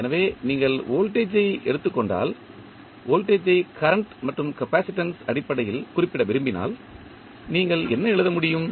எனவே நீங்கள் வோல்டேஜ் ஐ எடுத்துக் கொண்டால் வோல்டேஜ் ஐ கரண்ட் மற்றும் கப்பாசிட்டன்ஸ் அடிப்படையில் குறிப்பிட விரும்பினால் நீங்கள் என்ன எழுத முடியும்